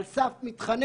על סף מתחנן,